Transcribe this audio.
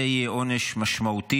זה יהיה עונש משמעותי,